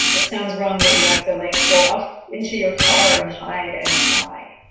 it sounds wrong that you have to, like, go off into your car, and hide, and cry.